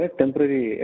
temporary